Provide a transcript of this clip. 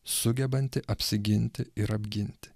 sugebanti apsiginti ir apginti